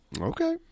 Okay